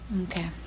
Okay